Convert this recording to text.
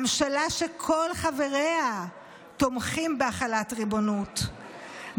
ממשלה שכל חבריה תומכים בהחלת ריבונות,